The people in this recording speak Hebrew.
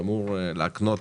שאמור להקנות